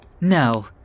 No